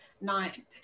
nine